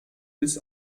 bis